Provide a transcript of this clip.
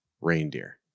reindeer